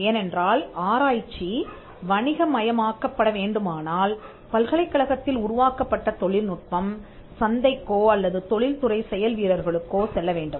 ஏனென்றால் ஆராய்ச்சி வணிகமயமாக்கப்பட வேண்டுமானால்பல்கலைக் கழகத்தில் உருவாக்கப்பட்ட தொழில்நுட்பம் சந்தைக்கோ அல்லது தொழில் துறை செயல் வீரர்களுக்கோ செல்ல வேண்டும்